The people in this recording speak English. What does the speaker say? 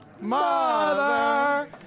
Mother